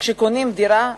כשקונים דירה,